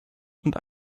und